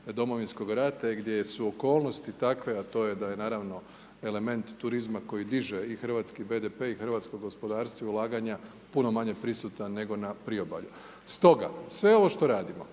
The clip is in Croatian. Domovinskog rata i gdje su okolnosti takve a to je da je naravno element turizma koji diže i hrvatski BDP i hrvatsko gospodarstva i ulaganja puno manje prisutan nego na priobalju. Stoga, sve ovo što radimo,